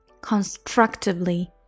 constructively